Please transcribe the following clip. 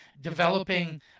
developing